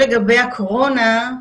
לגבי הקורונה,